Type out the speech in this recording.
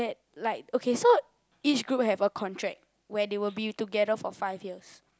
like okay so each group have a contract where they will be together for five years